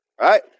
right